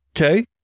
Okay